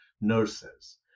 nurses